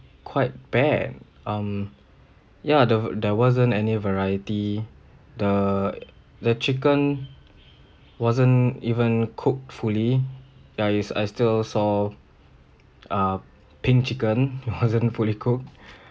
quite bad um ya the there wasn't any variety the the chicken wasn't even cooked fully ya is I still saw uh pink chicken wasn't fully cooked